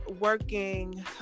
working